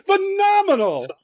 phenomenal